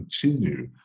continue